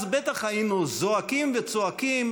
אז בטח היינו זועקים וצועקים